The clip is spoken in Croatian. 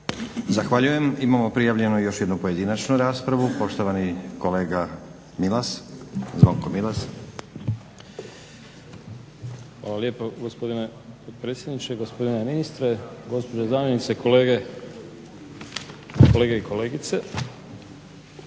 Zahvaljujem. Imamo prijavljenu još jednu pojedinačnu raspravu. Poštovani kolega Zvonko Milas. **Milas, Zvonko (HDZ)** Hvala lijepo gospodine potpredsjedniče. Gospodine ministre, gospođo zamjenice, kolegice i kolege.